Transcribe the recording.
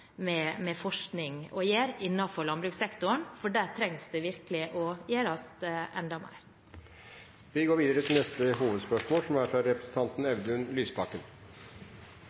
forskning å gjøre innenfor landbrukssektoren, for der trengs det virkelig å gjøres enda mer. Vi går videre til neste hovedspørsmål.